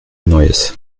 neues